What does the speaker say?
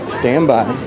standby